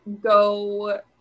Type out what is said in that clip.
go